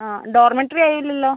ആ ഡോർമിറ്ററി ആയി ഇല്ലല്ലോ